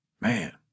Man